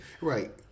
Right